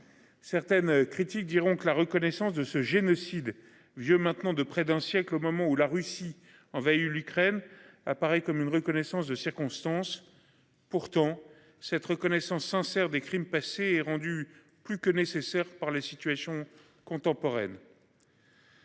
Certaines critiques diront que la reconnaissance de ce génocide vieux maintenant de près d'un siècle au moment où la Russie envahit l'Ukraine apparaît comme une reconnaissance de circonstance. Pourtant cette reconnaissance sincère des crimes passés et rendu plus que nécessaire par les situations contemporaines.